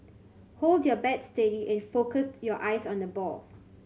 hold your bat steady and focus your eyes on the ball